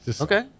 Okay